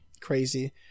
Crazy